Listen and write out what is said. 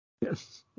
Yes